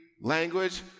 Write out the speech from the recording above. language